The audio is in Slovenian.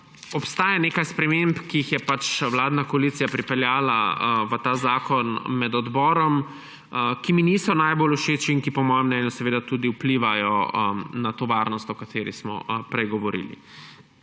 obstaja nekaj sprememb, ki jih je vladna koalicija pripeljala v ta zakon med odborom, ki mi niso najbolj všeč in ki po mojem mnenju tudi vplivajo na to varnost, o kateri smo prej govorili.